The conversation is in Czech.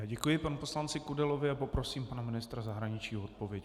Děkuji panu poslanci Kudelovi a poprosím pana ministra zahraničí o odpověď.